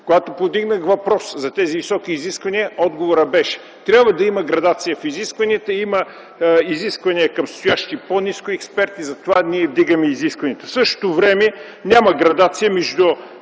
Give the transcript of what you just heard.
Когато повдигнах въпроса за тези високи изисквания отговорът беше: „Трябва да има градация в изискванията. Има изисквания към стоящи по-ниско експерти, затова ние вдигаме изискванията.” В същото време няма градация между